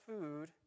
food